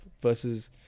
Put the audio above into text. versus